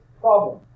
problem